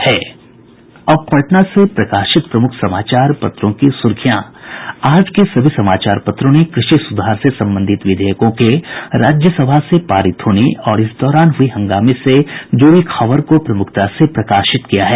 अब पटना से प्रकाशित प्रमुख समाचार पत्रों की सुर्खियां आज के सभी समाचार पत्रों ने कृषि सुधार से संबंधित विधेयकों के राज्यसभा से पारित होने और इस दौरान हुये हंगामे से जुड़ी खबर को प्रमुखता से प्रकाशित किया है